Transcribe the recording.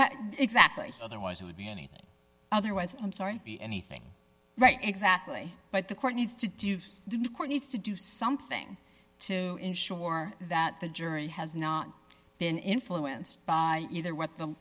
it exactly otherwise it would be anything otherwise i'm sorry to be anything right exactly but the court needs to do you did a court needs to do something to ensure that the jury has not been influenced by either what the